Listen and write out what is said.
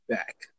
Back